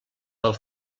del